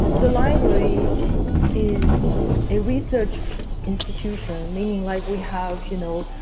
the library is a research institution, meaning like we have you know,